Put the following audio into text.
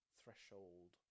threshold